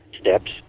steps